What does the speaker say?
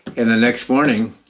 and the next morning,